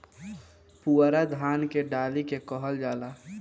पुअरा धान के डाठी के कहल जाला